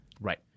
Right